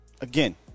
again